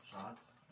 shots